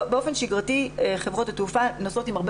באופן שגרתי חברות התעופה נוסעות עם הרבה